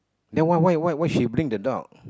they why why why why she bring the dog